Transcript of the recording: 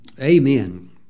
Amen